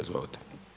Izvolite.